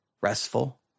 restful